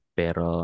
pero